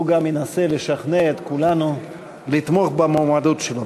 הוא גם ינסה לשכנע את כולנו לתמוך במועמדות שלו.